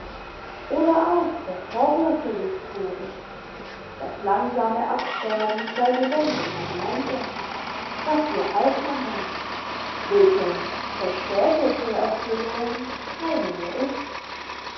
oder auch der vorbote des todes das langsame absterben bei lebendigem leibe was wir alter nennen welchem verspätete erfüllung keine mehr ist